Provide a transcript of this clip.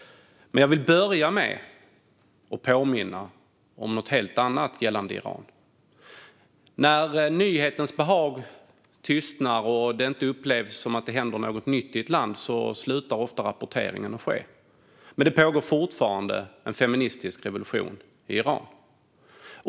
Men jag vill börja med att påminna om något helt annat gällande Iran. När det inte upplevs hända något nytt i ett land tystnar ofta nyhetsrapporteringen, men det pågår fortfarande en feministisk revolution i Iran.